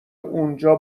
اونجا